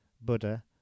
buddha